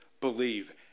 Believe